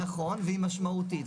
נכון, והיא משמעותית.